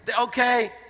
okay